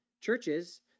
Churches